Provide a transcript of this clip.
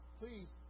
please